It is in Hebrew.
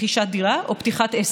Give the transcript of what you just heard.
רכישת דירה או פתיחת עסק.